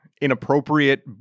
inappropriate